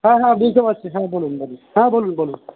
হ্যাঁ হ্যাঁ বুঝতে পারছি হ্যাঁ বলুন বলুন হ্যাঁ বলুন বলুন